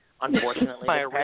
unfortunately